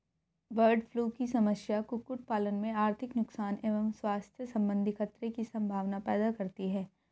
bird flu की समस्या कुक्कुट पालन में आर्थिक नुकसान एवं स्वास्थ्य सम्बन्धी खतरे की सम्भावना पैदा करती है